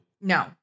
No